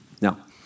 Now